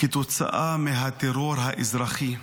כתוצאה מהטרור האזרחי,